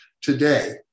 today